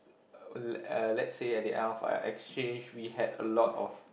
uh uh let's say at the end of our exchange we had a lot of